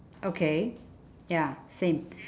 okay ya same